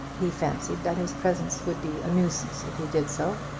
he fancied that his presence would be a nuisance if he did so.